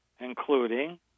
including